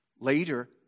Later